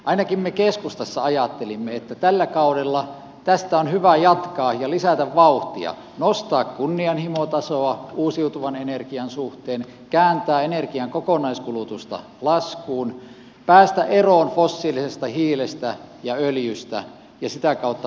ainakin me keskustassa ajattelimme että tällä kaudella tästä on hyvä jatkaa ja lisätä vauhtia nostaa kunnianhimotasoa uusiutuvan energian suhteen kääntää energian kokonaiskulutusta laskuun päästä eroon fossiilisesta hiilestä ja öljystä ja sitä kautta vähentää päästöjä